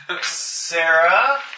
Sarah